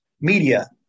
media –